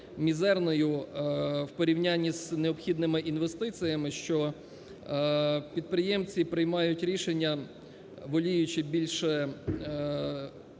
мізерно в порівнянні з необхідними інвестиціями, що підприємці приймають рішення воліючи більше